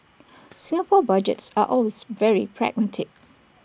Singapore Budgets are always very pragmatic